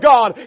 God